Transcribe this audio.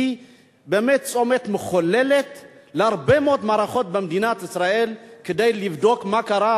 היא צומת מכונן להרבה מאוד מערכות במדינת ישראל כדי לבדוק מה קרה,